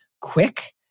quick